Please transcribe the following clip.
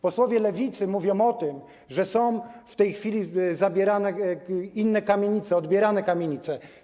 Posłowie Lewicy mówią o tym, że są w tej chwili zabierane inne kamienice, odbierane kamienice.